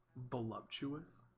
balumptuous'